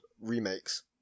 remakes